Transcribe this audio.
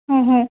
অঁ হয়